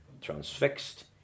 transfixed